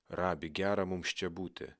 rabi gera mums čia būti